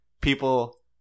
people